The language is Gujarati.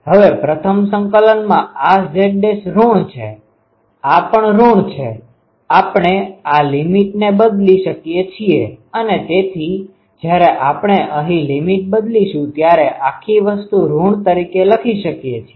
હવે પ્રથમ સંકલનમાં આ Z' ઋણ છે આ પણ ઋણ છે આપણે આ લીમીટlimitsસીમાને બદલી શકીએ છીએ અને તેથી જયારે આપણે અહી લીમીટ બદલીશું ત્યારે આખી વસ્તુ ઋણ તરીકે લખી શકીએ છીએ